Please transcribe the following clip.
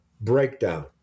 breakdown